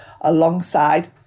alongside